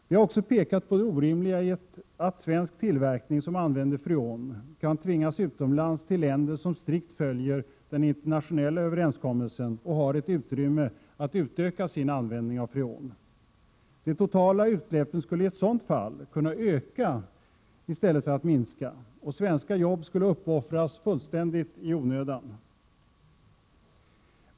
Vi har också pekat på det orimliga i att svensk tillverkning, vid vilken används freon, kan tvingas utomlands till länder som strikt följer den internationella överenskommelsen och har ett utrymme att utöka sin användning av freon. De totala utsläppen skulle i ett sådant fall kunna öka i stället för att minska, och svenska arbeten skulle uppoffras fullständigt i onödan.